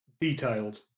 detailed